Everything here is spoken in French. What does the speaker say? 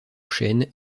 chêne